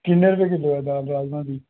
किन्ने रपे किलो ऐ दाल राजमांह् दी